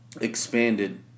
expanded